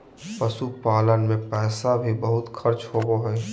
पशुपालन मे पैसा भी बहुत खर्च होवो हय